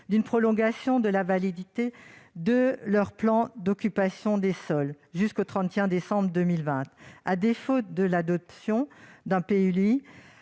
d'une prolongation de la validité de leur plan d'occupation des sols jusqu'au 31 décembre 2020. Faute de l'adoption d'un PLUI